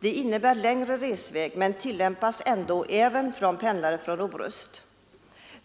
Denna resväg blir längre men tillämpas ändå, även av pendlare från Orust.